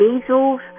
measles